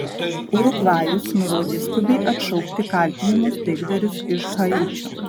urugvajus nurodė skubiai atšaukti kaltinamus taikdarius iš haičio